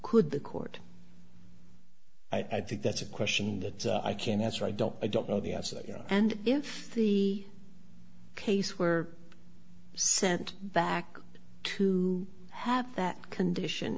could the court i think that's a question that i can't answer i don't i don't know the answer you know and if the case were sent back to have that condition